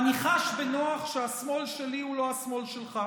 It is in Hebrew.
אני חש בנוח שהשמאל שלי הוא לא השמאל שלך.